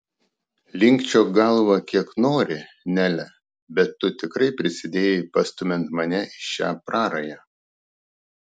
linkčiok galvą kiek nori nele bet tu tikrai prisidėjai pastumiant mane į šią prarają